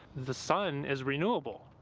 the sun is renewable,